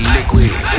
Liquid